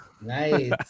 Nice